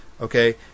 okay